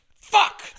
fuck